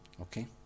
Okay